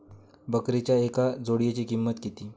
बकरीच्या एका जोडयेची किंमत किती?